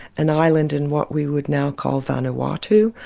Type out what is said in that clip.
an island in what we would now call vanuatu,